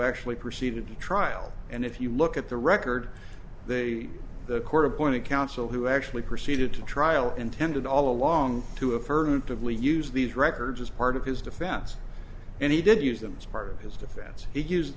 actually proceeded to trial and if you look at the record they the court appointed counsel who actually proceeded to trial intended all along to affirmatively use these records as part of his defense and he did use them as part of his defense he